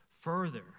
Further